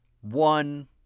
one